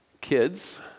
Kids